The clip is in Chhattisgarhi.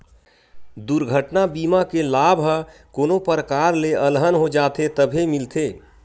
दुरघटना बीमा के लाभ ह कोनो परकार ले अलहन हो जाथे तभे मिलथे